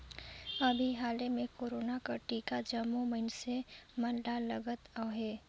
अभीं हाले में कोरोना कर टीका जम्मो मइनसे मन ल लगत अहे